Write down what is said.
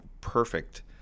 perfect